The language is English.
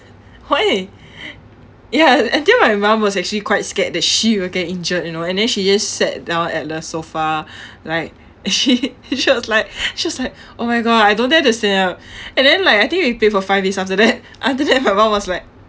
why ya and then my mum was actually quite scared that she will get injured you know and then she just sat down at the sofa like she she was like she was like oh my god I don't dare to stand up and then like I think we played for five minutes after that after that my mum was like